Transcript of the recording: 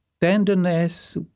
tenderness